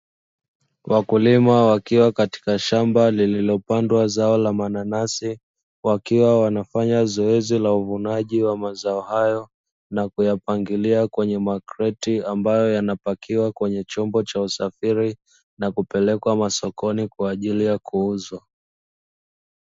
Wakiwa katika shamba lililopandwa zao la mananasi, wakiwa wanafanya zoezi la uvunaji wa mazao hayo na kuyapangilia kwenye makreti ambayo yanapakiwa kwenye chombo cha usafiri, na kupelekwa masokoni kwa ajili ya kuuzwa.